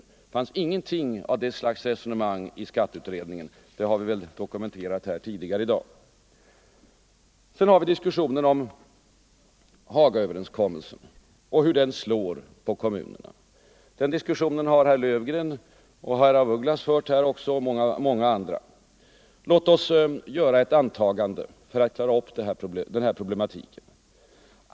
Det fanns ingenting av det slaget av resonemang i skatteutredningen. Det har dokumenterats tidigare i dag. Sedan har vi diskussionen om Hagaöverenskommelsen och hur den slår för kommunerna. Den diskussionen har herr Löfgren, herr af Ugglas och många andra fört. Låt oss göra ett antagande för att klara ut den här problematiken.